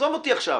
עזוב אותי עכשיו.